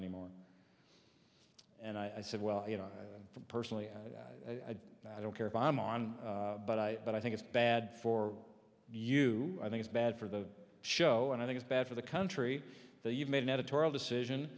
anymore and i said well you know personally i don't care if i'm on but i but i think it's bad for you i think it's bad for the show and i think it's bad for the country that you've made an editorial decision